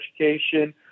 education